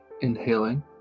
inhaling